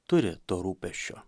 turi to rūpesčio